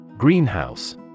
Greenhouse